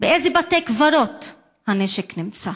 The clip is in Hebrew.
באיזה בתי קברות הנשק נמצא.